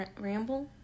ramble